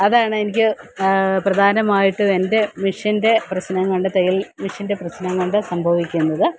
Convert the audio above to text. അതാണെനിക്ക് പ്രധാനമായിട്ടും എൻ്റെ മിഷ്യൻ്റെ പ്രശ്നംകൊണ്ട് തയ്യൽ മിഷ്യൻ്റെ പ്രശ്നംകൊണ്ട് സംഭവിക്കുന്നത്